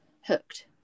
hooked